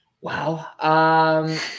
Wow